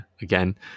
again